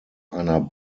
einer